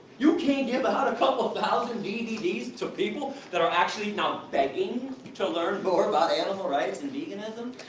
you can't give but out a couple thousand dvds to people, that are actually now begging to learn more about animal rights and veganism?